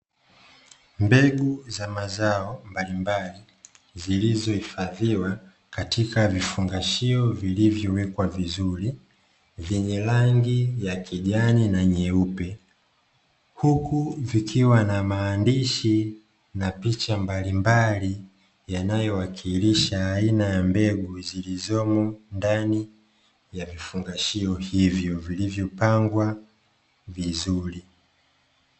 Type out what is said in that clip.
Mbegu za mazao mbalimbali zilizohifadhiwa katika vifungashio vilivyowekwa vizuri vyenye rangi ya kijani na nyeupe, huku vikiwa na maandishi na picha mbalimbali yanayowakilisha aina ya mbegu zilizomo ndani ya vifungashio hivyo vilivyopangwa vizuri.